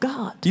God